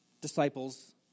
disciples